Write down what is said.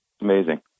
Amazing